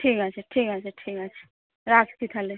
ঠিক আছে ঠিক আছে ঠিক আছে রাখছি তাহলে